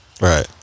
Right